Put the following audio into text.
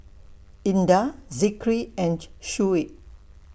Indah Zikri and Shuib